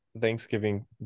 Thanksgiving